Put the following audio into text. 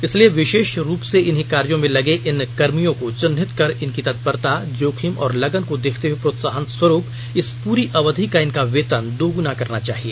इसलिए विशेष रूप से इन्हीं कार्यो में लगे इन कर्मियों को चिन्हित कर इनकी तत्परता जोखिम और लगन को देखते हए प्रोत्साहन स्वरूप इस पूरी अवधि का इनका वेतन दोगुना कर देना चाहिए